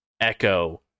echo